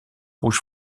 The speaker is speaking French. rouge